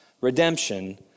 redemption